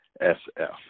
s-f